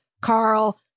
Carl